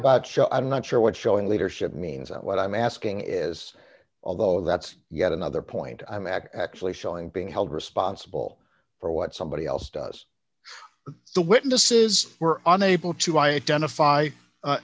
show i'm not sure what showing leadership means that what i'm asking is although that's yet another point i'm actually showing being held responsible for what somebody else does the witnesses were unable to identify a